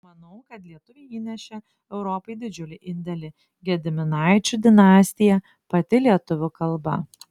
manau kad lietuviai įnešė europai didžiulį indėlį gediminaičių dinastija pati lietuvių kalba